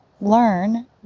learn